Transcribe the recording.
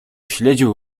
śledził